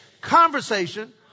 Conversation